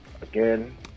again